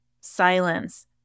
silence